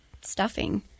stuffing